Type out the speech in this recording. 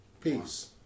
Peace